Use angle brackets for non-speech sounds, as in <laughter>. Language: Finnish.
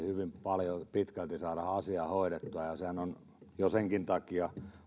<unintelligible> hyvin pitkälti parlamentaarisesti saada hoidettua ja ja sehän on oikeastaan pakkokin jo senkin takia